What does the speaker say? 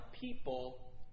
people